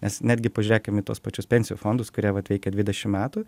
nes netgi pažiūrėkim į tuos pačius pensijų fondus kurie vat veikia dvidešimt metų